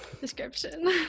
description